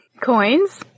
coins